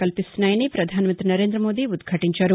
కల్పిస్తున్నాయని పధానమంతి నరేందమోదీ ఉద్భాటించారు